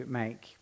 make